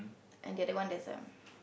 and the one there's um